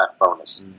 bonus